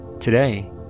Today